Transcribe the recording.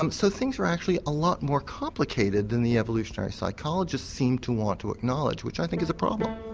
um so things are actually a lot more complicated than the evolutionary psychologists seem to want to acknowledge, which i think is a problem.